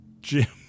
Jim